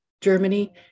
Germany